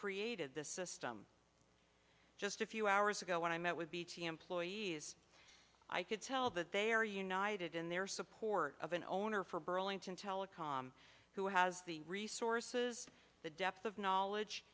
created this system just a few hours ago when i met with bt employees i could tell that they are united in their support of an owner for burlington telecom who has the resources the depth of knowledge